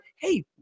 Hey